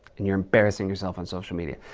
and you're embarrassing yourself on social media.